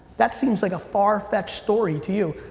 that seems like a far-fetched story to you.